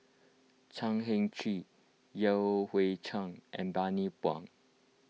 Chan Heng Chee Yan Hui Chang and Bani Buang